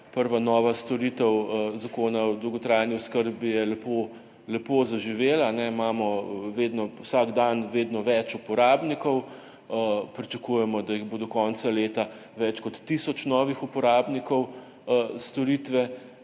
prva nova storitev Zakona o dolgotrajni oskrbi lepo zaživela, imamo vsak dan vedno več uporabnikov. Pričakujemo, da bo do konca leta več kot tisoč novih uporabnikov storitve